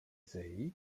say